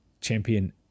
Champion